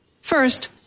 First